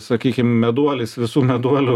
sakykim meduolis visų meduolių